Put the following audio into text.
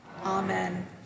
Amen